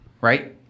right